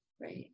right